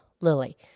lily